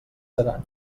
seran